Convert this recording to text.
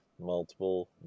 multiple